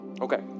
Okay